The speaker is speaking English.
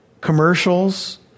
Commercials